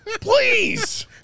please